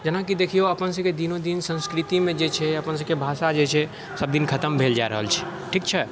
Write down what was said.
जेनाकि देखिऔ अपन सबके दिनोदिन संस्कृतिमे जे छै अपन सबके भाषा जे छै सब दिन खतम भेल जा रहल छै ठीक छै